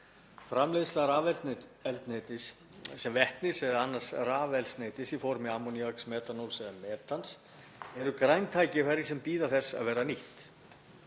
Framleiðsla rafeldsneytis sem vetnis eða annars rafeldsneytis í formi ammoníaks, metanóls eða metans eru græn tækifæri sem bíða þess að verða nýtt.